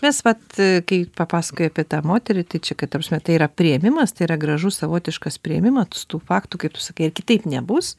mes vat ee kai papasakojai apie tą moterį tai čia kai ta prasme tai yra priėmimas tai yra gražus savotiškas priėmimas tų faktų kaip tu sakai kitaip nebus